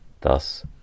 Thus